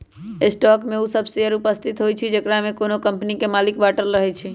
stock में उ सभ शेयर उपस्थित होइ छइ जेकरामे कोनो कम्पनी के मालिक बाटल रहै छइ